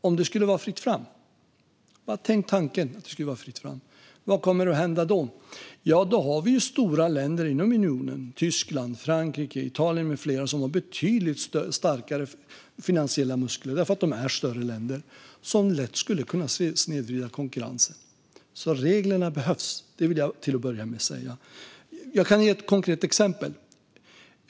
Om det skulle vara fritt fram - bara tänk tanken att det skulle vara det - vad skulle hända då? Jo, då skulle stora länder inom unionen - Tyskland, Frankrike och Italien med flera - med betydligt starkare finansiella muskler därför att de är större länder lätt kunna snedvrida konkurrensen. Reglerna behövs alltså. Det vill jag säga till att börja med. Jag kan ge ett konkret exempel.